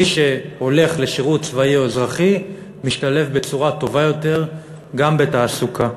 מי שהולך לשירות צבאי או אזרחי משתלב בצורה טובה יותר גם בתעסוקה.